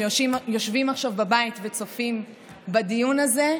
שיושבים עכשיו בבית וצופים בדיון הזה.